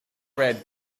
red